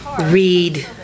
Read